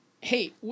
hey